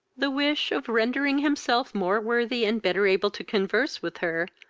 the wish, of rendering himself more worthy and better able to converse with her,